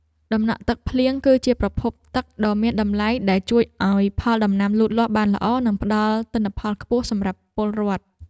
តំណក់ទឹកភ្លៀង គឺជាប្រភពទឹកដ៏មានតម្លៃដែលជួយឱ្យផលដំណាំលូតលាស់បានល្អ និងផ្តល់ទិន្នផលខ្ពស់សម្រាប់ពលរដ្ឋ។